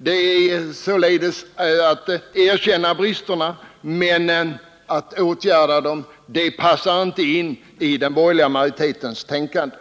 dessa vidtas. Man erkänner således att det finns brister, men att föreslå åtgärder för att undanröja dem är något som inte stämmer överens med den borgerliga majoritetens synsätt.